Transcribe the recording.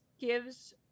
gives